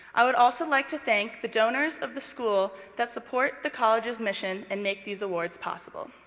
i would also like to thank the donors of the school that support the college's mission and makes these awards possible.